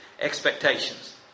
expectations